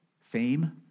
Fame